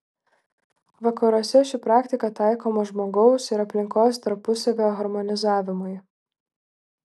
vakaruose ši praktika taikoma žmogaus ir aplinkos tarpusavio harmonizavimui